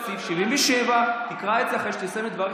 הכנסת, סעיף 77. תקרא את זה אחרי שתסיים לדבר.